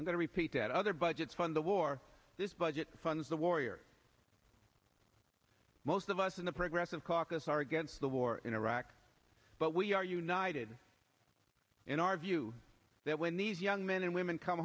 i'm going to repeat that other budget fund the war this budget funds the warrior most of us in the progressive caucus are against the war in iraq but we are united in our view that when these young men and women come